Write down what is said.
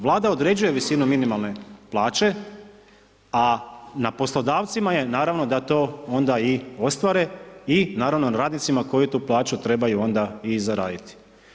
Vlada određuje visinu minimalne plaće a na poslodavcima je naravno da to onda i ostvare i naravno na radnicima koji to plaću trebaju onda i zaraditi.